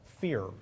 fear